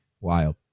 Wild